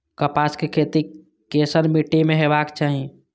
कपास के खेती केसन मीट्टी में हेबाक चाही?